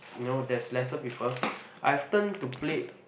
know there's lesser people I have turn to play